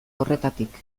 horretatik